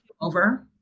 over